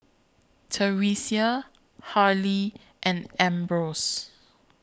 Theresia Harlie and Ambrose